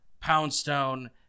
Poundstone